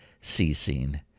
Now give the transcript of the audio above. ceasing